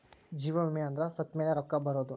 ಜೀವ ವಿಮೆ ಅಂದ್ರ ಸತ್ತ್ಮೆಲೆ ರೊಕ್ಕ ಬರೋದು